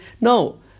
No